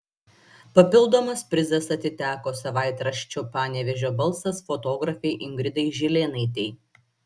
papildomas prizas atiteko savaitraščio panevėžio balsas fotografei ingridai žilėnaitei